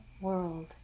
world